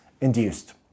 induced